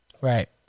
Right